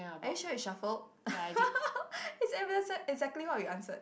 are you sure you shuffled is exactly what we answered